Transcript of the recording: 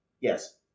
yes